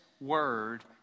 word